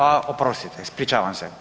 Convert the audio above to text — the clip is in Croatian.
A oprostite, ispričavam se.